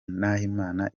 nahimana